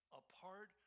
apart